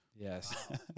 Yes